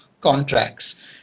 contracts